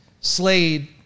Slade